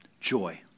joy